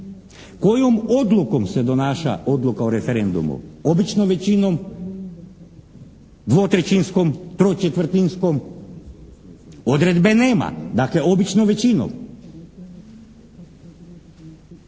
Kojom odlukom se donaša odluka o referendumu? Običnom većinom, dvotrećinskom, tročetvrtinskom. Odredbe nema. Dakle, običnom većinom.